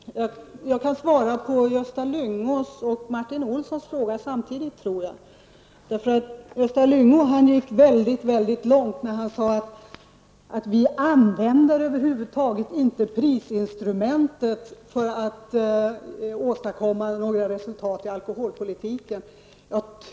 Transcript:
Herr talman! Jag tror att jag kan ta Gösta Lyngås och Martin Olssons frågor samtidigt. Gösta Lyngå gick mycket långt när han sade att vi över huvud taget inte utnyttjar prisinstrumentet för att åstadkomma resultat på alkoholpolitikens område.